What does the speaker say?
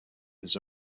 his